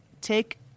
take